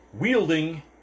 wielding